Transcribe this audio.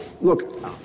look